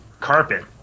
carpet